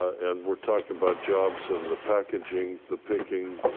and we're talking about jobs and the packaging, the picking,